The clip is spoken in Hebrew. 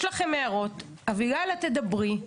אביגיל, את תדברי.